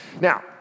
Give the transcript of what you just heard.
Now